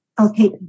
Okay